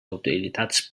autoritats